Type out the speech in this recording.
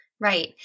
Right